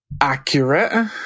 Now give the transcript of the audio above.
Accurate